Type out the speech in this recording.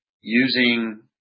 using